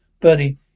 Buddy